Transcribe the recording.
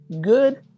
good